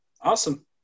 Awesome